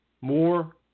More